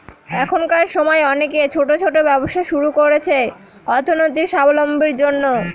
এখনকার সময় অনেকে ছোট ছোট ব্যবসা শুরু করছে অর্থনৈতিক সাবলম্বীর জন্য